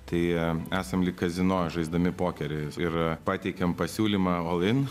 tai esam lyg kazino žaisdami pokerį ir pateikėm pasiūlymą olin